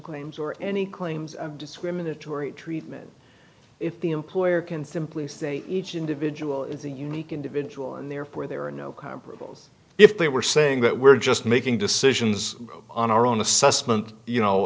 claims or any claims discriminatory treatment if the employer can simply say each individual is a unique individual and therefore there are no rules if they were saying that we're just making decisions on our own assessment you know